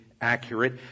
accurate